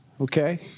Okay